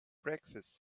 breakfast